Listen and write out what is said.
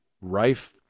rife